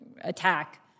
attack